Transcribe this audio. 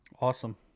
Awesome